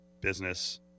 business